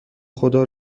خدا